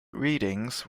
readings